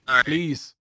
please